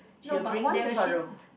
she will them for a